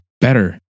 better